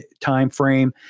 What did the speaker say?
timeframe